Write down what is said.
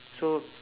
so